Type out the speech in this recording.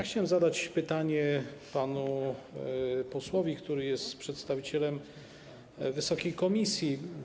Chciałem zadać pytanie panu posłowi, który jest przedstawicielem wysokiej komisji.